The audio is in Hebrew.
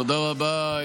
תודה רבה,